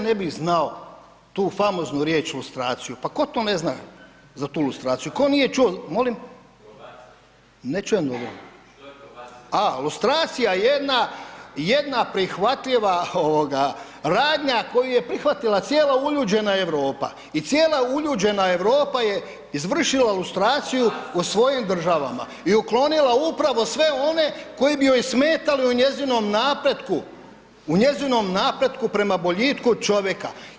Kolega Maras pa kako ja ne bih znao tu famoznu riječ lustraciju, pa tko to ne zna za tu lustraciju, tko nije čuo … [[Upadica: Ne razumije se.]] molim, ne čujem dobro, [[Upadica: Što je probacija?]] a lustracija jedna prihvatljiva ovoga radnja koju je prihvatila cijela uljuđena Europa i cijela uljuđene Europa je izvršila lustraciju u svojim državama i uklonila upravo sve one koji bi joj smetali u njezinom napretku, u njezinom napretku prema boljitku čovjeka.